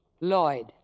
Lloyd